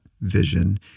vision